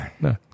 No